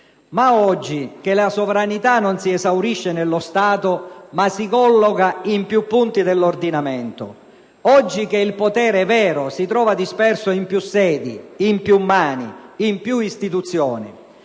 Ma oggi la sovranità non si esaurisce nello Stato; essa si colloca in più punti dell'ordinamento. Oggi il potere vero si trova disperso in più sedi, in più mani, in più istituzioni.